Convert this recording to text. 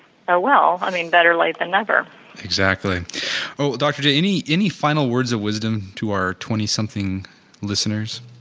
oh well, i mean, better late than never exactly. oh dr. jay, any any final words of wisdom to our twenty something listeners?